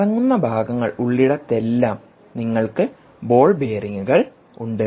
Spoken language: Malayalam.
കറങ്ങുന്ന ഭാഗങ്ങൾ ഉള്ളിടത്തെല്ലാം നിങ്ങൾക്ക് ബോൾ ബെയറിംഗുകൾ ഉണ്ട്